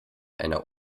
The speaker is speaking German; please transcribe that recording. einer